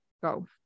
Go